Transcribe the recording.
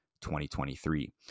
2023